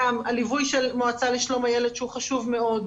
גם הליווי של המועצה לשלום הילד שהוא חשוב מאוד,